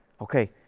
okay